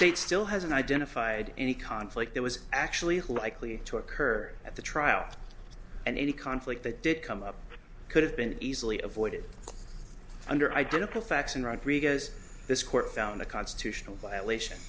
state still has and identified any conflict that was actually likely to occur at the trial and any conflict that did come up could have been easily avoided under identical facts and rodriguez this court found a constitutional violation